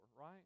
right